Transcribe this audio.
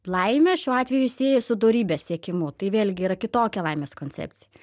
laimę šiuo atveju sieja su dorybės siekimu tai vėlgi yra kitokia laimės koncepcija